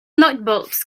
lightbulbs